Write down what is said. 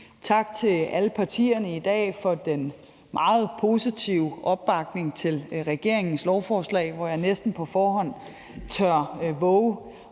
Tak til alle partierne i dag for den meget positive opbakning til regeringens lovforslag. Jeg tør næsten på forhånd love,